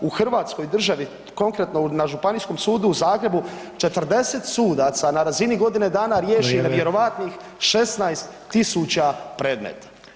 U Hrvatskoj državi konkretno na Županijskom sudu u Zagrebu 40 sudaca na razini godine dana riješi [[Upadica: Vrijeme.]] nevjerojatnih 16.000 predmeta.